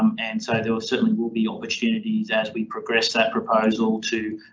um and so there were certainly will be opportunities as we progress that proposal to,